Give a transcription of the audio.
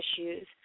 issues